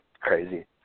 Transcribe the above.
crazy